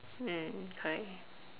mm correct